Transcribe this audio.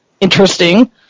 interesting